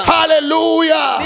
Hallelujah